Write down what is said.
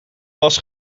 was